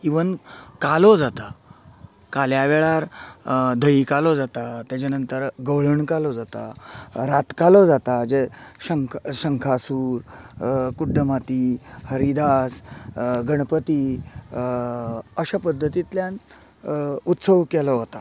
even कालो जाता काल्या वेळार धंय कालो जाता तेजे नंतर गौळण कालो जाता रात कालो जाता जे शंका शंकासूर कुड्डमाती हरिदास गणपती अश्या पध्दतींतल्यान उत्सव केलो वता